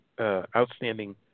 outstanding